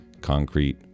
concrete